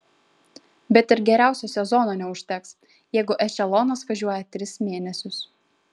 bet ir geriausio sezono neužteks jeigu ešelonas važiuoja tris mėnesius